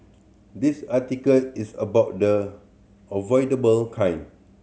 this article is about the avoidable kind